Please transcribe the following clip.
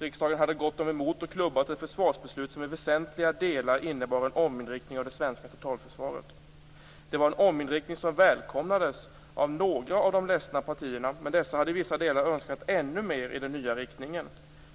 Riksdagen hade gått dem emot och klubbat ett försvarsbeslut som i väsentliga delar innebar en ominriktning av det svenska totalförsvaret. Det var en ominriktning som välkomnades av några av de ledsna partierna, men dessa hade i vissa delar önskat ännu mer i den nya riktningen.